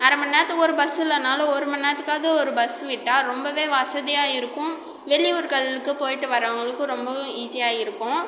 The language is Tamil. அரைமண் நேரத்துக்கு ஒரு பஸ் இல்லைன்னாலும் ஒரு மண் நேரத்துக்காவது ஒரு பஸ் விட்டால் ரொம்பவே வசதியாக இருக்கும் வெளியூர்களுக்கு போயிவிட்டு வரவங்களுக்கும் ரொம்பவும் ஈசியாக இருக்கும்